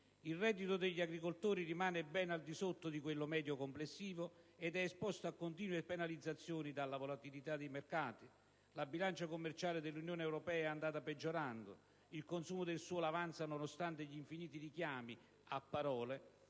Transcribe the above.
il reddito degli agricoltori rimane ben al di sotto di quello medio complessivo ed è esposto a continue penalizzazioni dalla volatilità dei mercati. La bilancia commerciale dell'Unione europea è andata peggiorando, mentre il consumo del suolo avanza, nonostante gli infiniti richiami, a parole,